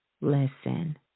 listen